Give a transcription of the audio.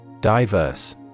Diverse